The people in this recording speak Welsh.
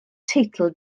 teitl